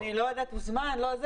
אני לא יודעת אם הוא הוזמן או לא.